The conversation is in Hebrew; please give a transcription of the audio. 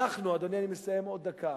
אנחנו, אדוני, אני מסיים עוד דקה.